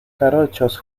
jarochos